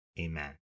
Amen